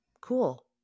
Cool